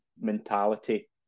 mentality